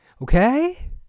okay